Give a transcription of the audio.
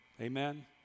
Amen